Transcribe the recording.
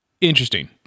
interesting